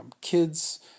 kids